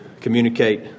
communicate